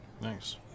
Nice